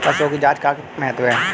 पशुओं की जांच का क्या महत्व है?